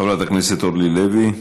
חברת הכנסת אורלי לוי,